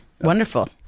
Wonderful